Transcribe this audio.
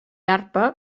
arpa